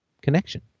connection